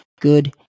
good